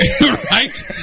Right